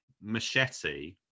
machete